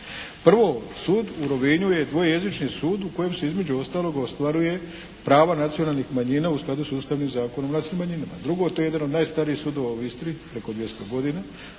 Prvo sud u Rovinju je dvojezični sud u kojem se između ostalog ostvaruje prava nacionalnih manjina u skladu sa Ustavnim zakonom o nacionalnim manjinama. Drugo, to je jedan od najstarijih sudova u Istri preko 200 godina.